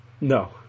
No